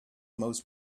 most